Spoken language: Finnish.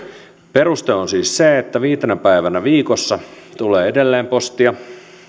peruste on siis se että viitenä päivänä viikossa tulee edelleen postia